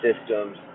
systems